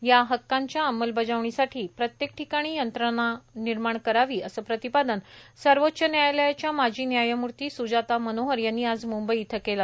या हक्काच्या अमंलबजावणीसाठी प्रत्येक ठिकाणी यंत्रणा निर्माण करावी असं प्रतिपादन सर्वोच्च न्यायालयाच्या माजी न्यायमूर्ती सुजाता मनोहर यांनी आज मुंबई इथं केलं